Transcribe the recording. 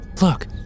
Look